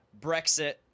Brexit